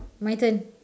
my turn